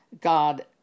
God